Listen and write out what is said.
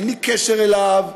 אין לי קשר אליו,